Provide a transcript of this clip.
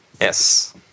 Yes